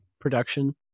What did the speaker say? production